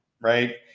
right